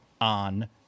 on